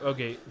Okay